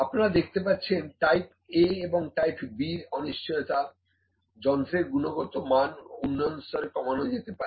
আপনারা দেখতে পাচ্ছেন যে টাইপ A এবং টাইপ B অনিশ্চয়তা যন্ত্রের গুণগত মান উন্নয়ন করে কমানো যেতে পারে